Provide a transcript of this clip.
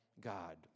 God